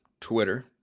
Twitter